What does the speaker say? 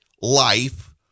life